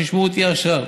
שישמעו אותי עכשיו: